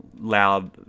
loud